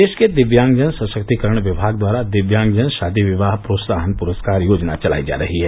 प्रदेश के दिव्यांगजन सशक्तीकरण विभाग द्वारा दिव्यांगजन शादी विवाह प्रोत्साहन पुरस्कार योजना चलायी जा रही है